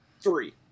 three